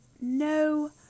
no